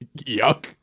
yuck